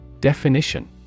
Definition